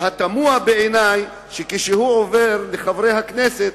תמוה בעיני שכשהוא עובר לחברי הכנסת,